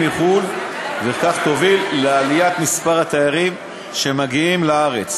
מחו"ל וכך תוביל לעליית מספר התיירים שמגיעים לארץ,